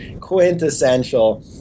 quintessential